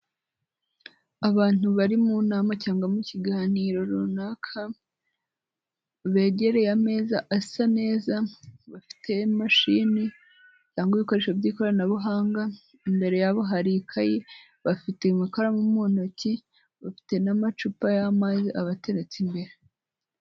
Abantu bari mu nama cyangwa mu kiganiro runaka, begereye ameza asa neza bafite mashini cyangwa ibikoresho by'ikoranabuhanga, imbere yabo hari ikayi bafite amakaramu mu ntoki, bafite n'amacupa y'amazi abateretse imbere.